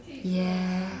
ya